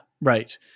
right